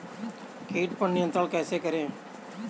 कीट पर नियंत्रण कैसे करें?